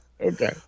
Okay